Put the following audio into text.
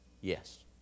Yes